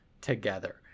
together